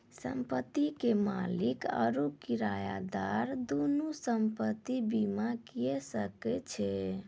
संपत्ति के मालिक आरु किरायादार दुनू संपत्ति बीमा लिये सकै छै